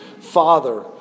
father